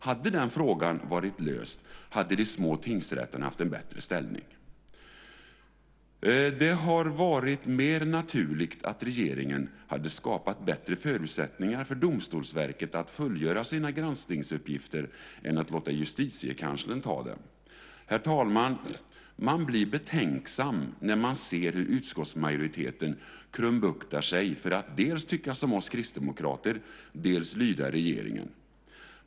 Hade den frågan varit löst hade de små tingsrätterna haft en bättre ställning. Det hade varit mer naturligt att regeringen hade skapat bättre förutsättningar för Domstolsverket att fullgöra sina granskningsuppgifter än att låta Justitiekanslern ta hand om dem. Herr talman! Man blir betänksam när man ser hur utskottsmajoriteten krumbuktar sig för att dels tycka som vi kristdemokrater, dels lyda regeringen.